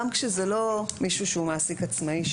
גם כשזה לא מישהו שהוא מעסיק עצמאי.